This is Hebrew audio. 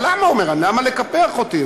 אבל למה, הוא אומר, למה לקפח אותי?